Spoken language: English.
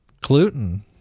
Gluten